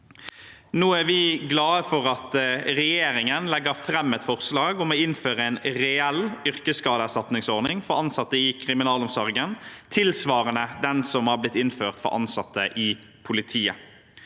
Nå er vi glade for at regjeringen legger fram et forslag om å innføre en reell yrkesskadeerstatningsordning for ansatte i kriminalomsorgen, tilsvarende den som har blitt innført for ansatte i politiet.